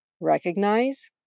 Recognize